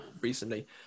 recently